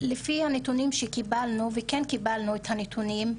לפי הנתונים שקיבלנו וכן קיבלנו את הנתונים,